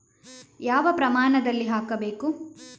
ಯಾವ ಪ್ರಮಾಣದಲ್ಲಿ ಹಾಕಬೇಕು?